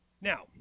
Now